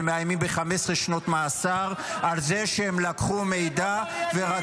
והם מאוימים ב-15 שנות מאסר על זה שהם לקחו מידע -- הם עבריינים.